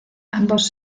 ambos